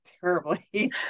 terribly